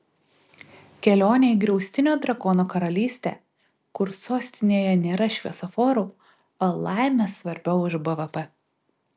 kelionė į griaustinio drakono karalystę kur sostinėje nėra šviesoforų o laimė svarbiau už bvp